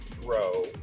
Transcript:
grow